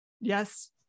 yes